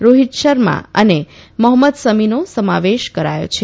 રોહિત શર્મા અને મહંમદ સામીનો સમાવેશ કરાયો છે